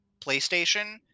playstation